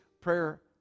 prayer